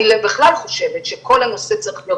אני בכלל חושבת שכל הנושא צריך להיות